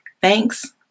Thanks